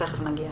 תיכף נגיע.